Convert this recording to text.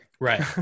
Right